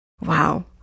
wow